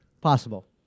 Possible